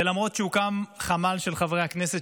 ולמרות שהוקם חמ"ל של חברי הכנסת,